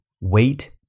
wait